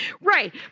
Right